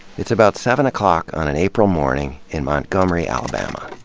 it's about seven o'clock on an april morning in montgomery, alabama.